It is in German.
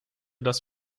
das